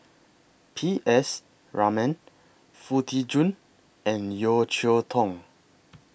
P S Raman Foo Tee Jun and Yeo Cheow Tong